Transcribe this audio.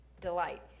delight